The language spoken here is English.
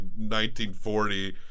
1940